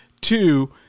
Two